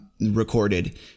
recorded